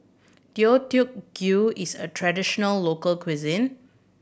Deodeok Gui is a traditional local cuisine